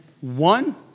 one